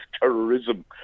terrorism